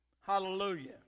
Hallelujah